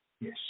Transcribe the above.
Yes